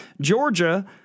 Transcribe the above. Georgia